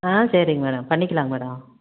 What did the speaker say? ஆ சரிங்க மேடம் பண்ணிக்கலாம்ங்க மேடம்